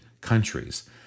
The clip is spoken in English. countries